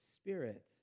Spirit